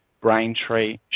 Braintree